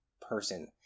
person